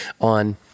on